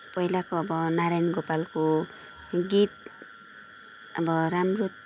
पहिलाको अब नारायण गोपालको गीत अब राम्रो